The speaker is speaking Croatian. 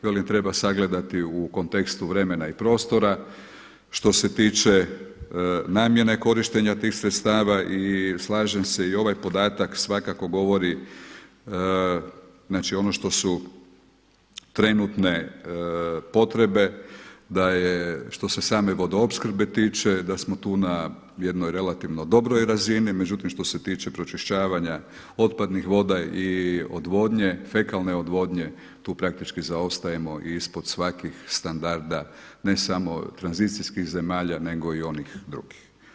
Velim treba sagledati u kontekstu vremena i prostora što se tiče namjene korištenja tih sredstava i slažem se i ovaj podatak svakako govori ono što su trenutne potrebe da je što se same vodoopskrbe tiče da smo tu na jednoj relativno dobroj razini, međutim što se tiče pročišćavanja otpadnih voda i odvodnje, fekalne odvodnje tu praktički zaostajemo i ispod stvarnih standarda ne samo tranzicijskih zemalja nego i onih drugih.